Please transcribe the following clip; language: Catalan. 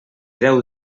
deu